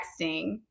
texting